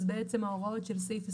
אז בעצם ההוראות של סעיף 28,